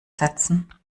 setzen